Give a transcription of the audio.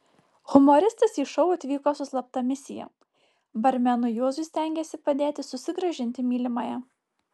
humoristas į šou atvyko su slapta misija barmenui juozui stengėsi padėti susigrąžinti mylimąją